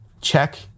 Check